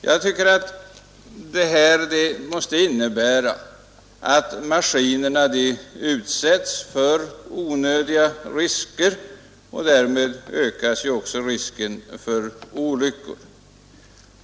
Jag tycker att maskinerna utsätts för onödiga påfrestningar, och därmed ökas ju också risken för olyckor.